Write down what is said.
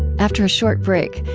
after a short break,